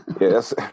Yes